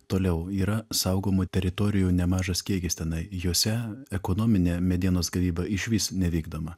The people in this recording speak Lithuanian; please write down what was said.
toliau yra saugomų teritorijų nemažas kiekis tenai juose ekonominė medienos gavyba išvis nevykdoma